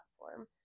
platform